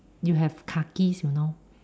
you have kakis you know